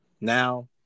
now